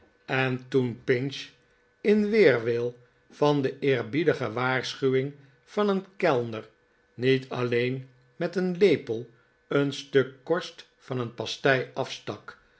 en toen pinch in weerwil van de eerbiedige waarschuwing van een kellner niet alleen met een lepel een stuk korst van een pastei afstak